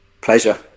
Pleasure